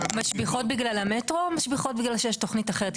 משביחות בגלל המטרו או משביחות בגלל שיש תוכנית אחרת?